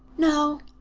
no,